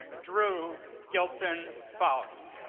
drew gilpin faust.